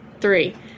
three